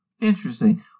interesting